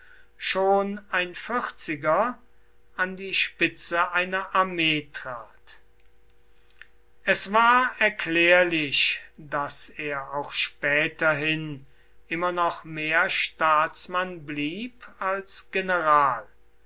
schon ein vierziger an die spitze einer armee trat es war erklärlich daß er auch späterhin immer noch mehr staatsmann blieb als general